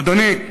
אדוני,